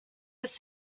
des